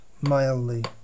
mildly